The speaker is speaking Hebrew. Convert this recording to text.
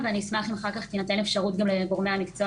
אחר כך תינתן אפשרות גם לגורמי המקצוע